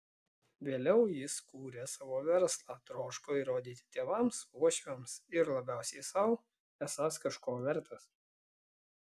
vėliau jis kūrė savo verslą troško įrodyti tėvams uošviams ir labiausiai sau esąs kažko vertas